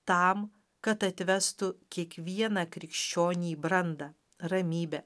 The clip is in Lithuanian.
tam kad atvestų kiekvieną krikščionį į brandą ramybę